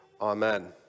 Amen